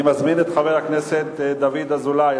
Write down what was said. אני מזמין את חבר הכנסת דוד אזולאי.